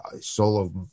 solo